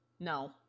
No